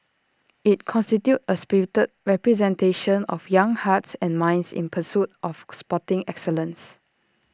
IT constitutes A spirited representation of young hearts and minds in pursuit of sporting excellence